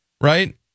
Right